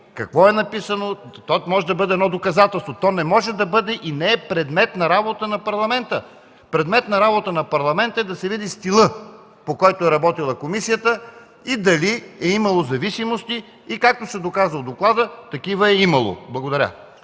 какво е написано. То може да бъде доказателство, но то не може да бъде и не е предмет на работата на Парламента. Предмет на работата на Парламента е да се види стилът, по който е работила комисията и дали е имало зависимости. Както се доказа в доклада, такива е имало. Благодаря.